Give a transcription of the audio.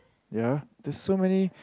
ya there's so many